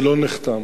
זה לא נחתם.